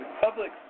public